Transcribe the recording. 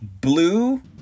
blue